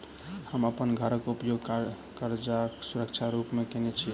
हम अप्पन घरक उपयोग करजाक सुरक्षा रूप मेँ केने छी